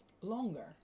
longer